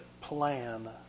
plan